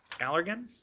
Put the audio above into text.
Allergan